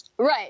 Right